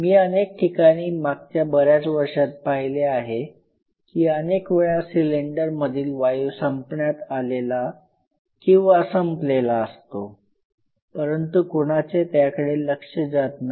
मी अनेक ठिकाणी मागच्या बऱ्याच वर्षात पाहिले आहे की अनेक वेळा सिलेंडर मधील वायु संपण्यात आलेला किंवा संपलेला असतो परंतु कुणाचे त्याकडे लक्ष जात नाही